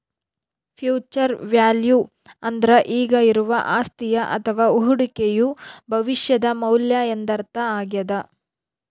future value ಅಂದ್ರೆ ಈಗ ಇರುವ ಅಸ್ತಿಯ ಅಥವ ಹೂಡಿಕೆಯು ಭವಿಷ್ಯದ ಮೌಲ್ಯ ಎಂದರ್ಥ ಆಗ್ಯಾದ